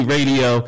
Radio